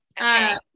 Okay